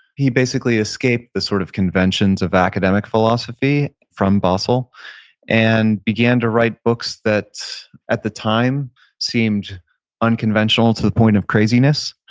he basically escaped the sort of conventions of academic philosophy from basel and began to write books that at the time seemed unconventional to the point of craziness,